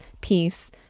peace